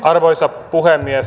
arvoisa puhemies